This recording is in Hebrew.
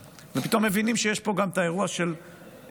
פתאום מבינים שיש פה גם את האירוע של הניצחון